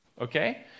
Okay